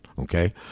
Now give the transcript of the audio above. Okay